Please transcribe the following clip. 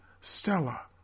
Stella